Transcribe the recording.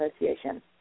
Association